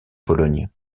pologne